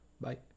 Bye